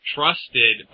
trusted